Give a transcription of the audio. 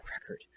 record